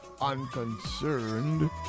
unconcerned